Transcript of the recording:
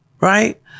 right